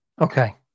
Okay